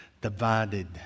divided